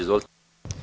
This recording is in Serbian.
Izvolite.